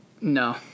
No